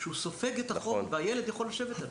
שסופג את החום והילד יכול לשבת עליו,